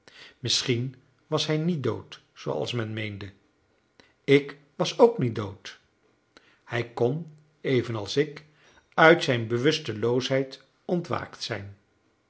misschien was hij niet dood zooals men meende ik was ook niet dood hij kon evenals ik uit zijn bewusteloosheid ontwaakt zijn